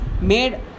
made